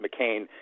McCain